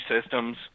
systems